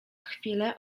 chwilę